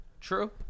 True